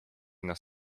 nas